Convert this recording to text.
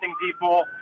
people